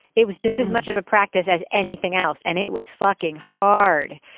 it was just as much of a practice as anything else. and it was fucking hard.